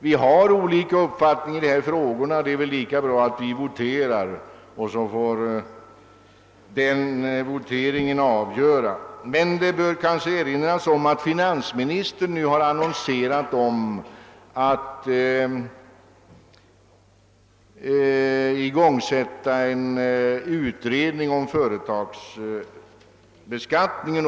Vi har olika uppfattning i dessa frågor och får låta voteringen avgöra ärendet. Men det bör kanske erinras om att finansministern aviserat att han ämnar tillsätta en utredning om företagsbeskattningen.